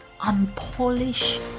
unpolished